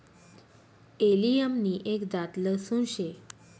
allium नि एक जात लहसून शे